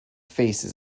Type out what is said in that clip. faces